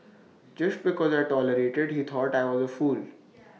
just because I tolerated he thought I was A fool